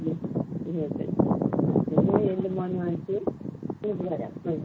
kilometre ഇരുപത്തഞ്ച് okay പിന്നെ എൻ്റെ മോനും ആയിട്ട് ഞാൻ പിന്നെ വരാം